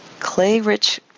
Clay-rich